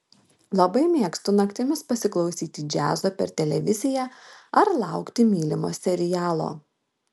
labai mėgstu naktimis pasiklausyti džiazo per televiziją ar laukti mylimo serialo